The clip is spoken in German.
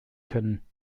können